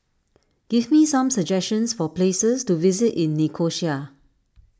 give me some suggestions for places to visit in Nicosia